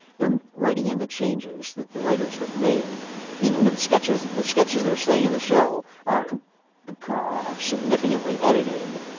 they're um writing in the changes that the writers have made even to the sketches the sketches that are staying in the show are complete, are significantly edited,